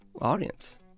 Audience